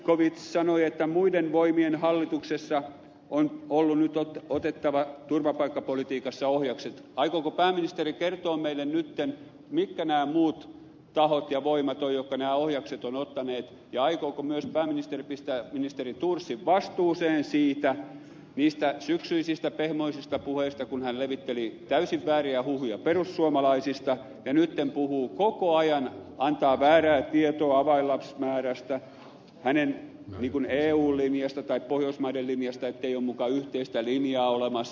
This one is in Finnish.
zyskowicz sanoi että muiden voimien hallituksessa on ollut nyt otettava turvapaikkapolitiikassa ohjakset kertoa meille nyt mitkä nämä muut tahot ja voimat ovat jotka nämä ohjakset ovat ottaneet ja aikooko myös pääministeri pistää ministeri thorsin vastuuseen niistä syksyisistä pehmoisista puheista kun hän levitteli täysin vääriä huhuja perussuomalaisista ja nyt puhuu koko ajan antaa väärää tietoa avainlapsimäärästä eu linjasta tai pohjoismaiden linjasta ettei ole muka yhteistä linjaa olemassa